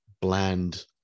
bland